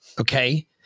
okay